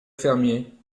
fermier